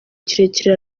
kirekire